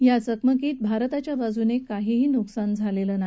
या चकमकीत भारताच्या बाजूने काहीही नुकसान झालेलं नाही